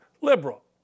liberal